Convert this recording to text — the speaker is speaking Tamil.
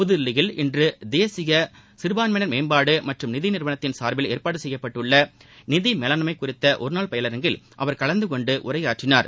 புதுதில்லியில் இன்று தேசிய சிறுபான்மையினர் மேம்பாடு மற்றும் நிதி நிறுவனத்தின் சார்பில் ஏற்பாடு செய்யப்பட்டுள்ள நிதி மேலாண்மை குறித்த ஒருநாள் பயிலரங்கில் அவர் கலந்து கொண்டு உரையாற்றினார்